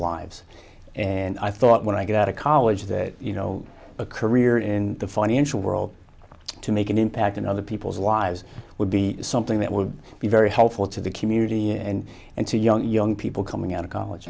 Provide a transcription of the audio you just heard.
lives and i thought when i got out of college that you know a career in the financial world to make an impact in other people's lives would be something that would be very helpful to the community and and to young young people coming out of college